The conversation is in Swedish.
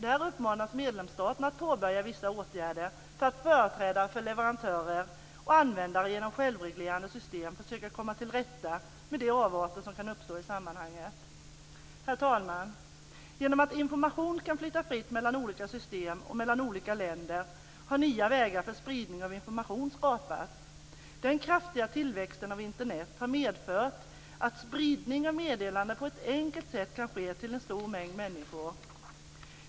Där uppmanas medlemsstaterna att påbörja vissa åtgärder för att företrädare för leverantörer och användare genom självreglerande system försöker komma till rätta med de avarter som kan uppstå i sammanhanget. Herr talman! Genom att information kan flyta fritt mellan olika system och mellan olika länder har nya vägar för spridning av information skapats. Den kraftiga tillväxten av Internet har medfört att spridning av meddelanden på ett enkelt sätt kan ske till en stor mängd människor.